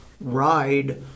ride